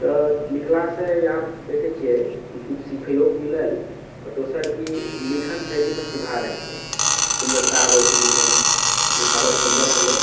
तऽ लिखलासँ ईहा देखै छियै की किछु सिखैयोके मिलल और दोसर की लिखन शैलीमे सुधार होइत छै सुन्दरता आबैत छै लिखएमे लिखावट सुन्दर भेलै